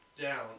down